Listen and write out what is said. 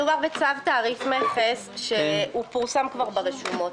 מדובר בצו תעריף מכס שפורסם כבר ברשומות.